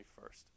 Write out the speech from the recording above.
first